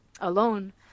alone